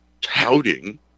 touting